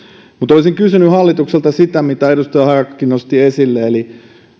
olisin kysynyt hallitukselta sitä mitä edustaja harakkakin nosti esille eli